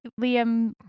liam